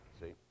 see